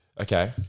Okay